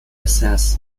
says